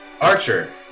Archer